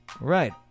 right